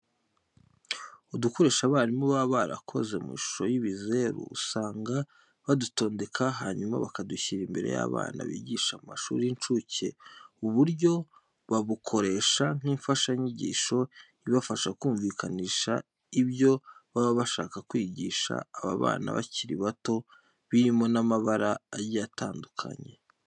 Udukoresho abarimu baba barakoze mu ishusho y'ibizeru usanga badutondekanya hanyuma bakadushyira imbere y'abana bigisha mu mashuri y'incuke. Ubu buryo babukoresha nk'imfashanyigisho ibafasha kumvikanisha ibyo baba bashaka kwigisha aba bana bakiri bato birimo nk'amabara agiye atandukanye.